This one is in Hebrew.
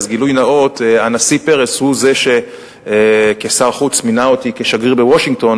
גילוי נאות: הנשיא פרס הוא שמינה אותי כשר חוץ לשגריר בוושינגטון,